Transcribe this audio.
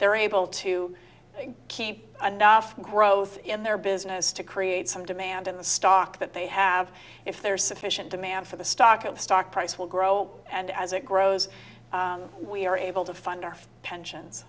they're able to keep enough growth in their business to create some demand in the stock that they have if there is sufficient demand for the stock in the stock price will grow and as it grows we are able to fund our pensions